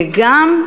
וגם,